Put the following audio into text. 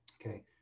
Okay